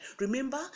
Remember